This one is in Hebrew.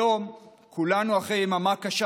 היום כולנו אחרי יממה קשה,